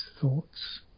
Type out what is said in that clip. thoughts